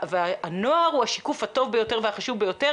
והנוער הוא השיקוף הטוב ביותר והחשוב ביותר.